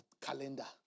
calendar